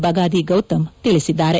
ಬಗಾದಿಗೌತಮ್ ತಿಳಿಸಿದ್ದಾರೆ